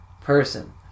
person